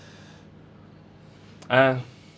uh